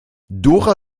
dora